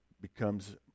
becomes